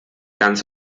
ganz